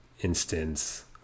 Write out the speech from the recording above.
instance